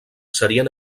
serien